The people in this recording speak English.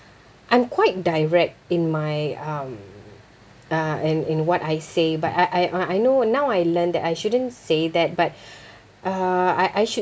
I'm quite direct in my um uh in in what I say but I I uh I know now I learned that I shouldn't say that but uh I I should